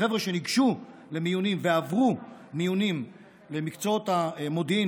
החבר'ה שניגשו למיונים ועברו מיונים למקצועות המודיעין